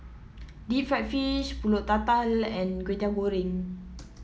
Deep Fried Fish pulut tatal and Kwetiau Goreng